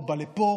הוא בא לפה.